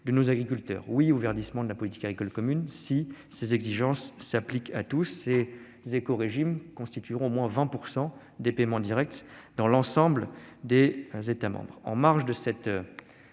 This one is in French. de nos agriculteurs : oui au verdissement de la PAC, à condition que ses exigences s'appliquent à tous. Ces « écorégimes » constitueront au moins 20 % des paiements directs dans l'ensemble des États membres.